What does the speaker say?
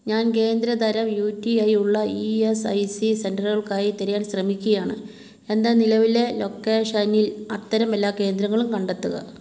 ഞാൻ കേന്ദ്ര തരം യു ടി ഐ ഉള്ള ഇ എസ് ഐ സി സെൻററുകൾക്കായി തിരയാൻ ശ്രമിക്കുകയാണ് എൻ്റെ നിലവിലെ ലൊക്കേഷനിൽ അത്തരം എല്ലാ കേന്ദ്രങ്ങളും കണ്ടെത്തുക